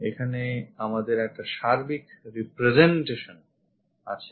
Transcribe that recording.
এখানে আমাদের একটা সার্বিক representation আছে